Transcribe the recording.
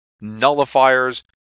nullifiers